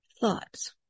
thoughts